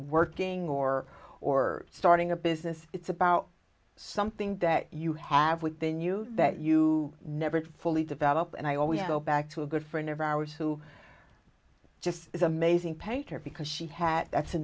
working or or starting a business it's about something that you have within you that you never fully develop and i always go back to a good friend of ours who just is amazing painter because she has that's a